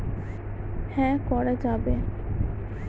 একটি গ্রামীণ ব্যাংকের টাকা কি স্টেট ব্যাংকে ফান্ড ট্রান্সফার করা যাবে?